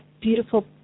beautiful